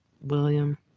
William